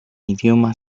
idioma